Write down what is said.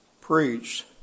preached